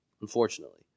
unfortunately